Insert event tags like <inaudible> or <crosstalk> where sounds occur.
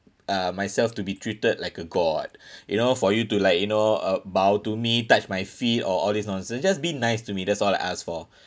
uh myself to be treated like a god <breath> you know for you to like you know uh bow to me touch my feet or all this nonsense just be nice to me that's all I ask for